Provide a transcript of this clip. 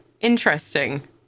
Interesting